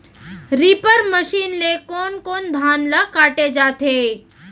Reaper machine ले कोन कोन धान ल काटे जाथे?